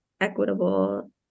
equitable